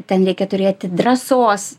ten reikia turėti drąsos